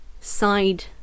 side